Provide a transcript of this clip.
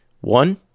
One